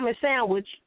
sandwich